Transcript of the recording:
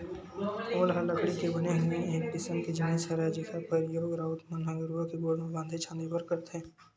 खोल ह लकड़ी के बने हुए एक किसम के जिनिस हरय जेखर परियोग राउत मन ह गरूवा के गोड़ म बांधे छांदे बर करथे